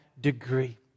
degree